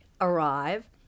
arrive